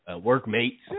workmates